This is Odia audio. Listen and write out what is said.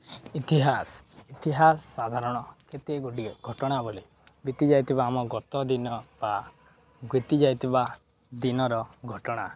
ଇତିହାସ ଇତିହାସ ସାଧାରଣ କେତେଗୁଡ଼ିଏ ଘଟଣାବଳୀ ବିତିଯାଇଥିବା ଆମ ଗତ ଦିନ ବା ବିତିଯାଇଥିବା ଦିନର ଘଟଣା